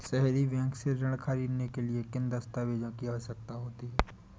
सहरी बैंक से ऋण ख़रीदने के लिए किन दस्तावेजों की आवश्यकता होती है?